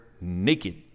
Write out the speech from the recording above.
naked